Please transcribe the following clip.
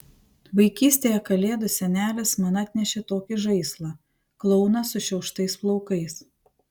vaikystėje kalėdų senelis man atnešė tokį žaislą klouną sušiauštais plaukais